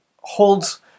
holds